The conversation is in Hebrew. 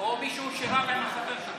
או מישהו שרב עם החבר שלו.